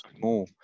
more